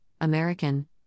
American